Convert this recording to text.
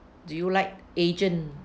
do you like agent